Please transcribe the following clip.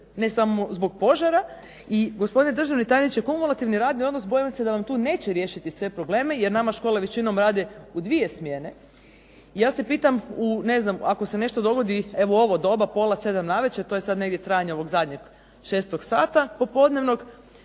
ne samo zbog požara, gospodine državni tajniče kumulativni radni odnos bojim se da vam neće tu riješiti sve probleme, jer nama škole većinom rade u dvije smjene. Ja se pitam što ako se nešto dogodi u ovo doba, evo pola 7 navečer, to je trajanje negdje ovog zadnjeg 6 sata nastavnog,